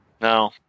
No